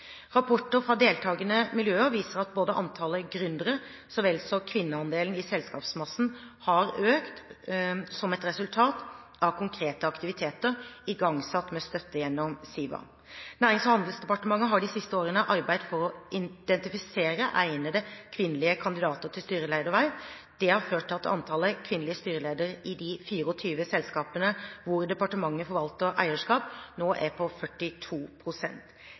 Rapporter fra deltakende miljøer viser at både antallet gründere så vel som kvinneandelen i selskapsmassen har økt som et resultat av konkrete aktiviteter igangsatt med støtte gjennom SIVA. Nærings- og handelsdepartementet har de siste årene arbeidet for å identifisere egnede kvinnelige kandidater til styrelederverv. Det har ført til at antallet kvinnelige styreledere i de 24 selskapene hvor departementet forvalter eierskap, nå er på